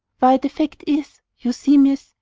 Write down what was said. why the fact is, you see, miss,